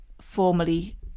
formally